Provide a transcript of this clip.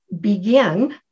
begin